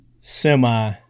Semi